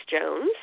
Jones